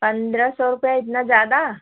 पन्द्रह सौ रुपया इतना ज़्यादा